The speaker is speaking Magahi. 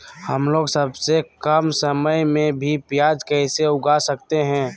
हमलोग सबसे कम समय में भी प्याज कैसे उगा सकते हैं?